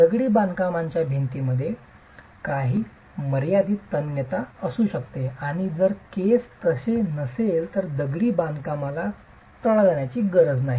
दगडी बांधकामाच्या भिंतीमध्ये काही मर्यादित तन्यता असू शकते आणि जर केस तसे असेल तर दगडी बांधकामाला तडा जाण्याची गरज नाही